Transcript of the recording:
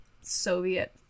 Soviet